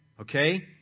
Okay